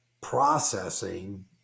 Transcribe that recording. processing